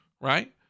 right